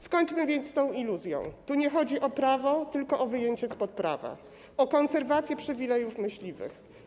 Skończmy więc z tą iluzją, tu nie chodzi o prawo, tylko o wyjęcie spod prawa, o konserwację przywilejów myśliwych.